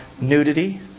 nudity